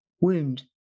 wound